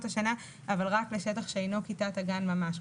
השנה אבל רק לשטח שאינו כיתת הגן ממש.